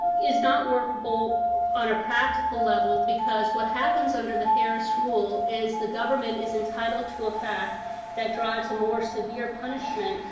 is not workable on a practical level because what happens under the harris rule is the government is entitled to a fact that drives a more severe punishment,